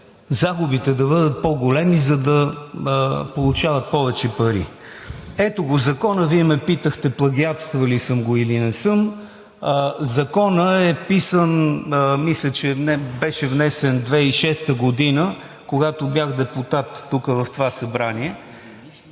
загубите да бъдат по-големи, за да получават повече пари. Ето закона (показва го) – Вие ме питахте плагиатствал ли съм го, или не съм. Законът, мисля, че беше внесен през 2006 г., когато бях депутат тук, в това Събрание.